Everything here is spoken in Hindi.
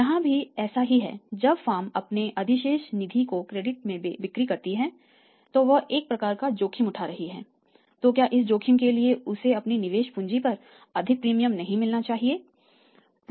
यहां भी ऐसा ही है जब फॉर्म अपने अधिशेष निधि को क्रेडिट में बिक्री करती है तो वहएक प्रकार का जोखिम उठा रही है तो क्या इस जोखिम के लिए उसे अपने निवेश पूंजी पर अधिक प्रीमियम नहीं मिलना चाहिए